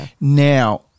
Now